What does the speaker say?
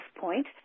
point